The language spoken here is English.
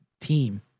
team